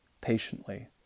patiently